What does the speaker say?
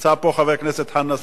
נמצא פה חבר הכנסת חנא סוייד,